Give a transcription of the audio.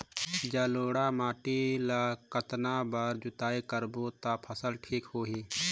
जलोढ़ माटी ला कतना बार जुताई करबो ता फसल ठीक होती?